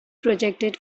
projected